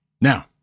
Now